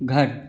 घर